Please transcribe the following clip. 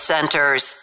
Centers